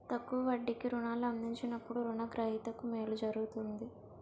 తక్కువ వడ్డీకి రుణాలు అందించినప్పుడు రుణ గ్రహీతకు మేలు జరుగుతుంది